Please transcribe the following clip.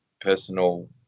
personal